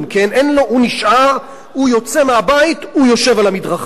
הוא נשאר, הוא יוצא מהבית, הוא יושב על המדרכה.